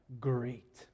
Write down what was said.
great